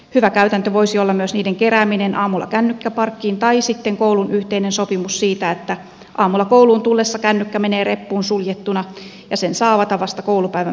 hyvä käytäntö voisi olla myös niiden kerääminen aamulla kännykkäparkkiin tai sitten koulun yhteinen sopimus siitä että aamulla kouluun tullessa kännykkä menee reppuun suljettuna ja sen saa avata vasta koulupäivän päätyttyä